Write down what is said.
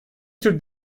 tür